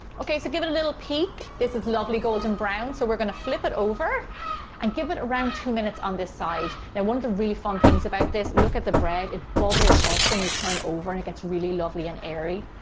okay so give it a little peak, this is lovely golden brown, so we're gonna flip it over and give it around two minutes on this side. now one of the real fun things about this, look at the bread, it bubbles up when you turn it over and it gets really lovely and airy.